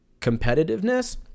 competitiveness